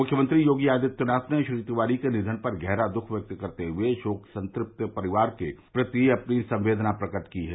मुख्यमंत्री योगी आदित्यनाथ ने श्री तिवारी के निधन पर गहरा दुःख व्यक्त करते हुए शोक संतृप्त परिवार के प्रति अपनी संवेदना प्रकट की है